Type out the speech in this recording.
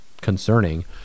concerning